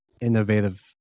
innovative